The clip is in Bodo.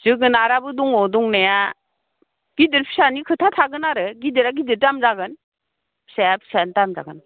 जोगोनाराबो दङ दंनाया गिदिर फिसानि खोथा थागोन आरो गिदिरा गिदिर दाम जागोन फिसाया फिसा दाम जागोन